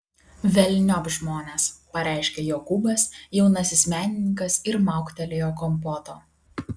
velniop žmones pareiškė jokūbas jaunasis menininkas ir mauktelėjo kompoto